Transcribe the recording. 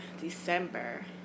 December